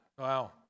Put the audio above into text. Wow